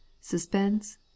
Suspense